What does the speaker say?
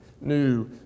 new